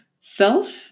self